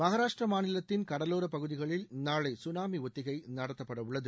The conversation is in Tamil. மகாராஷ்டிர மாநிலத்தின் கடலோரப் பகுதிகளில் நாளை சுனாமி ஒத்திகை நடத்தப்படவுள்ளது